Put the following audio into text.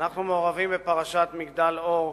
ואנחנו מעורבים בפרשת "מגדל אור"